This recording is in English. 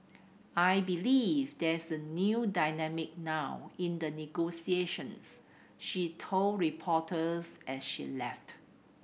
I believe there's a new dynamic now in the negotiations she told reporters as she left